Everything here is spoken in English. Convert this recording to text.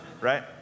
Right